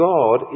God